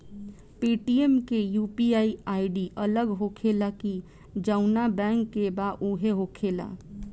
Paytm के UPI ID अलग होखेला की जाऊन बैंक के बा उहे होखेला?